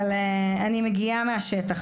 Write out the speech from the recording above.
אבל אני מגיעה מהשטח.